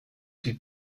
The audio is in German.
die